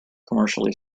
commercially